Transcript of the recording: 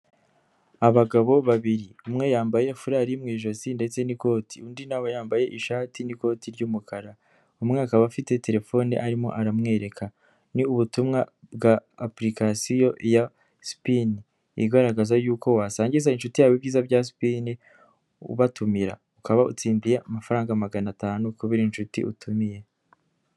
Abagabo babiri umwe yambaye furari mu ijosi ndetse n'ikoti, undi nawe yambaye ishati n'ikoti ry'umukara, umwe akaba afite telefone arimo aramwereka, ni ubutumwa bwa apulikasiyo ya Sipini igaragaza yuko wasangiza inshuti yawe ibyiza bya Spini ubatumira, ukaba utsindiye amafaranga magana atanu kubera inshuti utumiye.